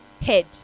head